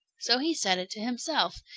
so he said it to himself,